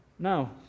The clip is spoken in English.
No